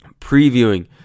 previewing